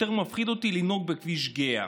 יותר מפחיד אותי לנהוג בכביש גהה".